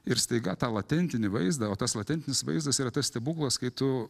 ir staiga tą latentinį vaizdą o tas latentinis vaizdas yra tas stebuklas kai tu